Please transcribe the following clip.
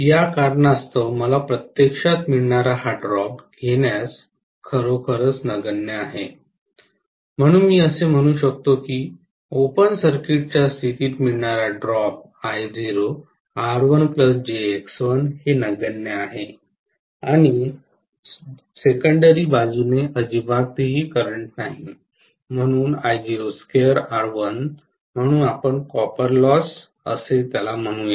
या कारणास्तव मला प्रत्यक्षात मिळणारा हा ड्रॉप घेण्यास खरोखर नगण्य आहे म्हणूनच मी असे म्हणू शकतो की ओपन सर्किटच्या स्थितीत मिळणारा ड्रॉप हे नगण्य आहे आणि दुय्यम बाजूने अजिबात करंट नाही म्हणून म्हणून आपण कॉपर लॉस असे म्हणू